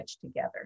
together